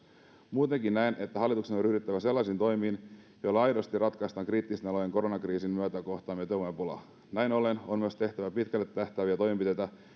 muutenkin näen että hallituksen on ryhdyttävä sellaisiin toimiin joilla aidosti ratkaistaan kriittisten alojen koronakriisin myötä kohtaama työvoimapula näin ollen on myös tehtävä pitkälle tähtääviä toimenpiteitä